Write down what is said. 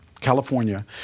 California